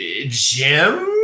jim